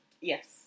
Yes